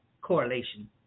correlation